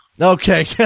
Okay